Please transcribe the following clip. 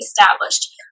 established